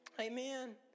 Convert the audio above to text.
Amen